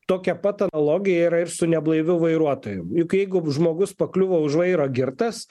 tokia pat analogija yra ir su neblaiviu vairuotoju juk jeigu žmogus pakliuvo už vairo girtas